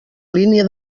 línia